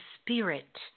spirit